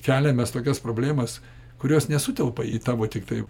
keliam mes tokias problemas kurios nesutelpa į tavo tiktai